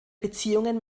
beziehungen